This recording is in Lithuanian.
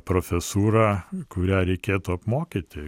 profesūra kurią reikėtų apmokyti